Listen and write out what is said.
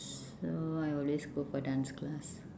so I always go for dance class